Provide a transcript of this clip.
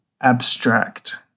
abstract